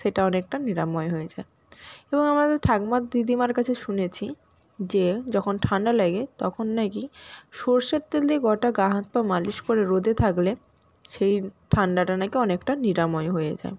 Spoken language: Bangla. সেটা অনেকটা নিরাময় হয়ে যায় এবং আমাদের ঠাকুমা দিদিমার কাছে শুনেছি যে যখন ঠান্ডা লাগে তখন নাকি সর্ষের তেল দিয়ে গোটা গা হাত পা মালিশ করে রোদে থাকলে সেই ঠান্ডাটা নাকি অনেকটা নিরাময় হয়ে যায়